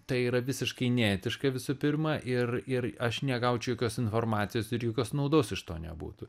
tai yra visiškai neetiška visų pirma ir ir aš negaučiau jokios informacijos ir jokios naudos iš to nebūtų